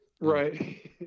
right